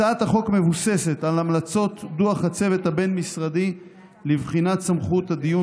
הצעת החוק מבוססת על המלצות דוח הצוות הבין-משרדי לבחינת סמכות הדיון